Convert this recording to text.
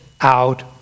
out